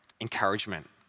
encouragement